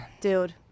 dude